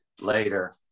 later